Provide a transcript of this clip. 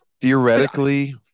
Theoretically